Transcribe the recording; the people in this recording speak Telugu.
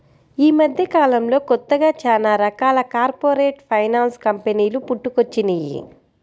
యీ మద్దెకాలంలో కొత్తగా చానా రకాల కార్పొరేట్ ఫైనాన్స్ కంపెనీలు పుట్టుకొచ్చినియ్యి